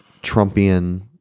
Trumpian